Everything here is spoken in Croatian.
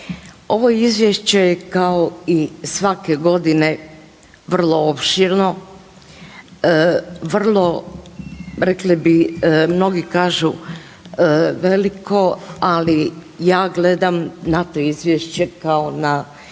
Ovo je izvješće kao i svake godine vrlo opširno, vrlo rekli bi, mnogi kažu veliko ali ja gledam na to izvješće kao na